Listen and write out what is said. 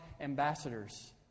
ambassadors